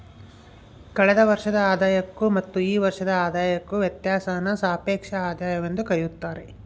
ಕಳೆದ ವರ್ಷದ ಆದಾಯಕ್ಕೂ ಮತ್ತು ಈ ವರ್ಷದ ಆದಾಯಕ್ಕೂ ವ್ಯತ್ಯಾಸಾನ ಸಾಪೇಕ್ಷ ಆದಾಯವೆಂದು ಕರೆಯುತ್ತಾರೆ